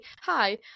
Hi